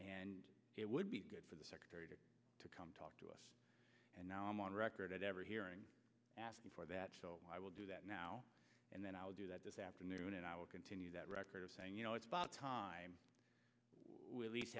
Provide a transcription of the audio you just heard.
and it would be good for the secretary to come talk to us and now i'm on record at every hearing asking for that so i will do that now and then i'll do that this afternoon and i will continue that record of saying you know it's about time we